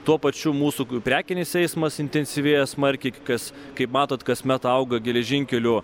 tuo pačiu mūsų prekinis eismas intensyvėja smarkiai kai kas kaip matot kasmet auga geležinkelių